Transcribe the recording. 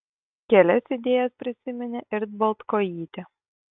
kelias idėjas prisiminė ir baltkojytė